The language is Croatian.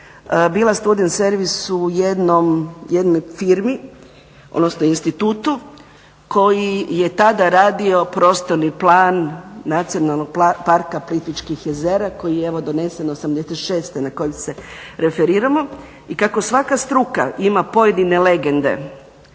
bila student servis u jednoj firmi odnosno institutu koji je tada radio prostorni plan Nacionalnog parka Plitvičkih jezera koji je evo donesen '86.na koji se referiramo. I kako svaka struka ima pojedine legende